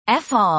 FR